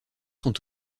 sont